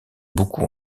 beaucoup